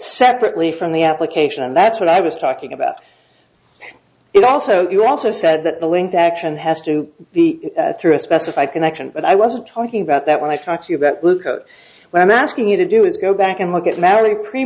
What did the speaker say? separately from the application and that's what i was talking about and also you also said that the linked action has to be through a specified connection but i wasn't talking about that when i talk to you about luca when i'm asking you to do is go back and look at merrily pre